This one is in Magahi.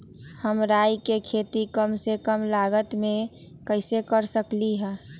हम राई के खेती कम से कम लागत में कैसे कर सकली ह?